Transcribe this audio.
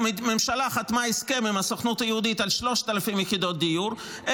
הממשלה חתמה הסכם עם הסוכנות היהודית על 3,000 יחידות דיור,